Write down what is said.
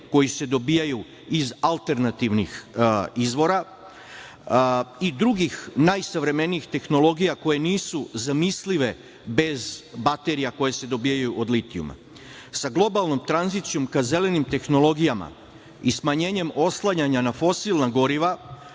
koji se dobijaju iz alternativnih izvora i drugih najsavremenijih tehnologija koje nisu zamislive bez baterija koje se dobijaju od litijuma. Sa globalnom tranzicijom ka zelenim tehnologijama i smanjenjem oslanjanja na fosilna goriva